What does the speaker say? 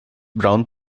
brown